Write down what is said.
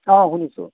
অঁ শুনিছোঁ